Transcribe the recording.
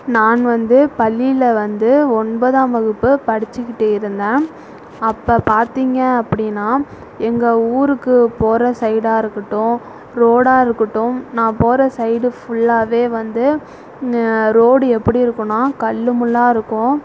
நான் வந்து பள்ளியில் வந்து ஒன்பதாம் வகுப்பு படித்துக்கிட்டு இருந்தேன் அப்போ பார்த்திங்க அப்படின்னா எங்கள் ஊருக்கு போகிற சைடாக இருக்கட்டும் ரோடாக இருக்கட்டும் நான் போகிற சைடு ஃபுல்லாகவே வந்து ரோடு எப்படி இருக்குன்னால் கல்லுமுள்ளாக இருக்கும்